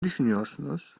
düşünüyorsunuz